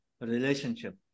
relationship